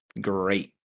Great